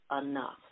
enough